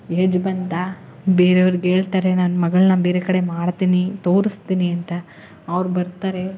age ಬಂತಾ ಬೇರೆಯವ್ರಿಗೇಳ್ತಾರೆ ನನ್ನ ಮಗಳನ್ನ ಬೇರೆ ಕಡೆ ಮಾಡ್ತೀನಿ ತೋರಿಸ್ತೀನಿ ಅಂತ ಅವ್ರು ಬರ್ತಾರೆ